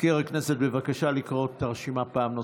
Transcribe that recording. מזכיר הכנסת, בבקשה לקרוא את הרשימה פעם נוספת.